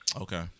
Okay